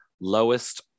lowest